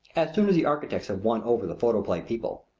as soon as the architects have won over the photoplay people,